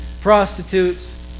prostitutes